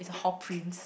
is a hall prince